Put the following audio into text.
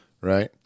right